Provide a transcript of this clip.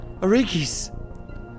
Arikis